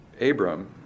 Abram